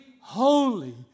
holy